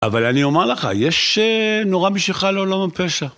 אבל אני אומר לך, יש נורא משיכה לעולם הפשע.